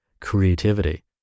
creativity